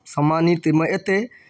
सम्मानितमे एतै